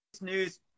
news